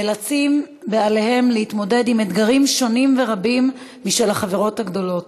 נאלצים בעליהם להתמודד עם אתגרים שונים ורבים משל החברות הגדולות.